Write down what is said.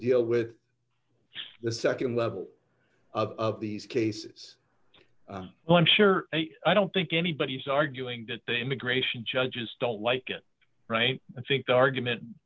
deal with the nd level of these cases and i'm sure a i don't think anybody's arguing that the immigration judges don't like it right i think the argument